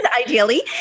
ideally